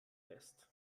fest